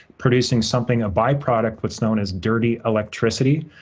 producing something, a byproduct that's known as dirty electricity.